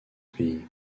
pays